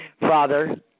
Father